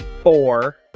four